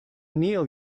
neil